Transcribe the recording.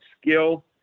skill